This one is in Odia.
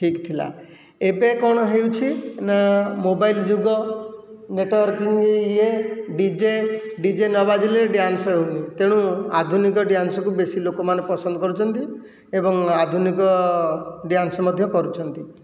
ଠିକ୍ ଥିଲା ଏବେ କଣ ହେଉଛି ନା ମୋବାଇଲ ଯୁଗ ନେଟୱର୍କିଂ ଇଏ ଡି ଜେ ଡି ଜେ ନ ବାଜିଲେ ଡ୍ୟାନ୍ସ ହେଉନି ତେଣୁ ଆଧୁନିକ ଡ୍ୟାନ୍ସକୁ ବେଶୀ ଲୋକମାନେ ପସନ୍ଦ କରୁଛନ୍ତି ଏବଂ ଆଧୁନିକ ଡ୍ୟାନ୍ସ ମଧ୍ୟ କରୁଛନ୍ତି